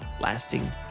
lasting